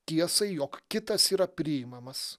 tiesai jog kitas yra priimamas